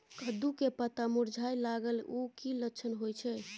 कद्दू के पत्ता मुरझाय लागल उ कि लक्षण होय छै?